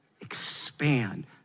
expand